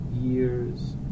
years